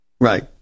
right